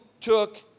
took